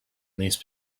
these